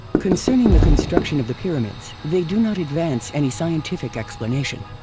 concerning the construction of the pyramids they do not advance any scientific explanation.